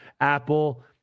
Apple